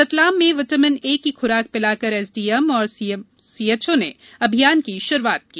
रतलाम में vitamin A की खुराक पिलाकर एसडीएम और सीएचओ ने अभियान की शुरूआत की